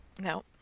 No